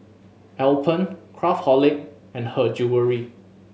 Alpen Craftholic and Her Jewellery